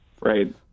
Right